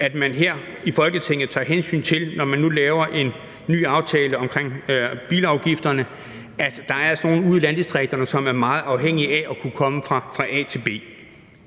at man her i Folketinget, når man nu laver en ny aftale omkring bilafgifterne, tager hensyn til, at der altså er nogle ude i landdistrikterne, som er meget afhængige af at kunne komme fra A til B.